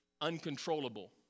uncontrollable